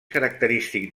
característic